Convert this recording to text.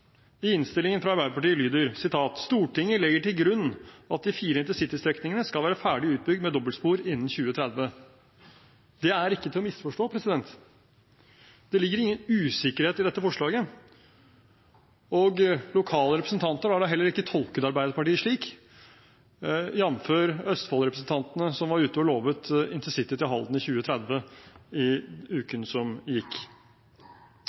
i innstillingen, fra Arbeiderpartiet, lyder det: «Stortinget legger til grunn at de fire InterCity-strekningene skal være ferdig utbygd med dobbeltspor innen 2030.» Det er ikke til å misforstå. Det ligger ingen usikkerhet i dette forslaget. Lokale representanter har heller ikke tolket Arbeiderpartiet slik, jf. Østfold-representantene som var ute og lovet intercity til Halden i 2030 i uken som gikk.